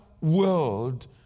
world